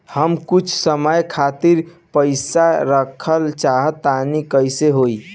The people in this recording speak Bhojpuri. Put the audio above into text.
हम कुछ समय खातिर पईसा रखल चाह तानि कइसे होई?